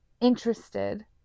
interested